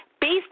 based